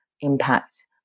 impact